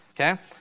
okay